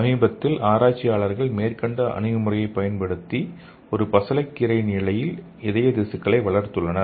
சமீபத்தில் ஆராய்ச்சியாளர்கள் மேற்கண்ட அணுகுமுறையைப் பயன்படுத்தி ஒரு பசலைக்கீரை இலையில் இதய திசுக்களை வளர்த்துள்ளனர்